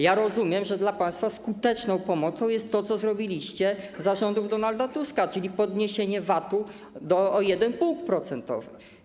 Ja rozumiem, że dla państwa skuteczną pomocą jest to, co zrobiliście za rządów Donalda Tuska, czyli podniesienie VAT-u o 1 punkt procentowy.